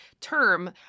term